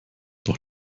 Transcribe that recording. doch